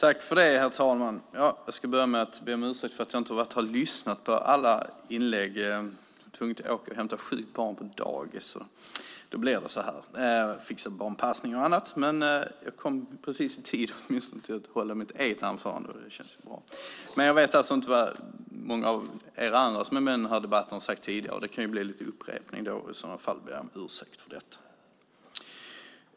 Herr talman! Jag ska börja med att be om ursäkt för att jag inte har lyssnat på alla inlägg. Jag var tvungen att hämta ett sjukt barn på dagis, fixa barnpassning och annat. Men jag kom åtminstone i tid för att hålla mitt eget anförande, och det känns bra. Jag vet dock inte vad många av er andra som är med i denna debatt har sagt tidigare, och det kan därför bli lite upprepningar. I så fall ber jag om ursäkt för detta.